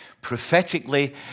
prophetically